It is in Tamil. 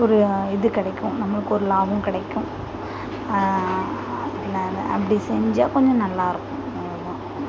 ஒரு இது கிடைக்கும் நம்மளுக்கு ஒரு லாபம் கிடைக்கும் அதனால் அப்படி செஞ்சால் கொஞ்சம் நல்லாயிருக்கும் அவ்வளோ தான்